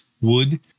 wood